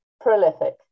prolific